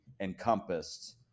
encompassed